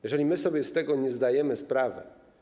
Jeżeli my sobie z tego nie zdajemy sprawy.